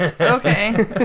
Okay